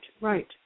right